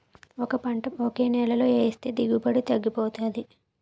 ఒకే పంట ఒకే నేలలో ఏస్తే దిగుబడి తగ్గిపోతాది